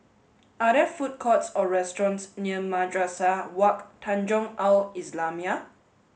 are there food courts or restaurants near Madrasah Wak Tanjong Al islamiah